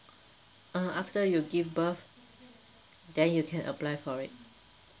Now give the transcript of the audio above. uh after you give birth then you can apply for it